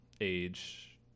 age